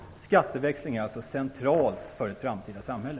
En skatteväxling är alltså central för ett framtida samhälle.